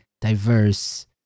diverse